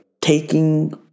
Taking